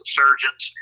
surgeons